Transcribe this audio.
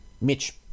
Mitch